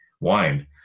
wine